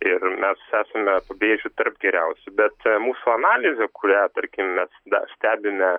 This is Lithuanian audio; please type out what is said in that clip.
ir mes esame pabrėžiu tarp geriausių bet mūsų analizė kurią tarkim mes dar stebime